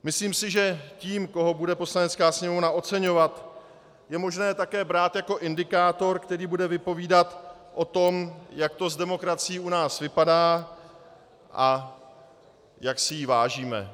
Myslím si, že to, koho bude Poslanecká sněmovna oceňovat, je možné také brát jako indikátor, který bude vypovídat o tom, jak to s demokracií u nás vypadá a jak si jí vážíme.